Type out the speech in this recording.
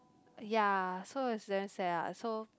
ya so is damn sad lah so